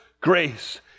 grace